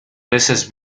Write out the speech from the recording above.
veces